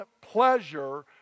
pleasure